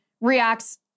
reacts